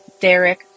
Derek